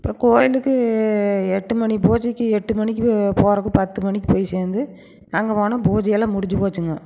அப்றம் கோவிலுக்கு எட்டு மணி பூஜைக்கி எட்டு மணிக்கு போறதுக்கு பத்து மணிக்கு போய் சேர்ந்து அங்கே போனால் பூஜையெல்லாம் முடிஞ்சி போச்சிங்க